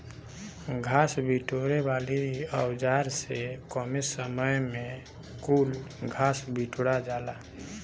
घास बिटोरे वाली औज़ार से कमे समय में कुल घास बिटूरा जाला